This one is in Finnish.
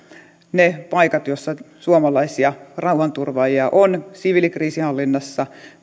niitä paikkoja joissa suomalaisia rauhanturvaajia on siviilikriisinhallinnassa